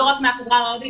לא רק מהחברה הערבית.